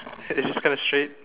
it's this kinda straight